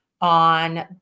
on